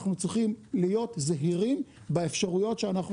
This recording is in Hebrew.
אנחנו צריכים להיות זהירים באפשרויות שאנחנו